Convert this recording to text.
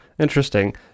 Interesting